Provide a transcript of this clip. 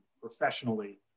professionally